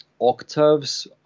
octaves